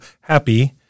happy